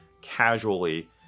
casually